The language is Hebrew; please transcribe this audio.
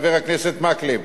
חבר הכנסת מקלב,